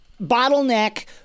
bottleneck